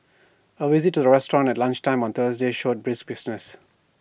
A visit to the restaurant at lunchtime on Thursday showed brisk business